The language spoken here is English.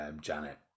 Janet